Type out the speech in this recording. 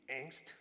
angst